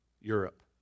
Europe